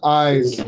eyes